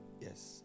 Yes